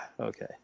Okay